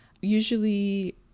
usually